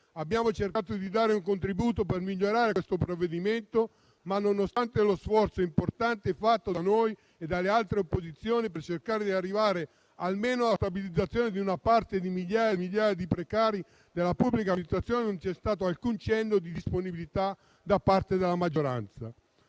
abbiamo cercato di dare un contributo per migliorarlo; tuttavia, nonostante lo sforzo importante fatto da noi e dalle altre opposizioni per cercare di arrivare almeno alla stabilizzazione di una parte delle migliaia di precari della pubblica amministrazione, non c'è stato alcun cenno di disponibilità da parte della maggioranza.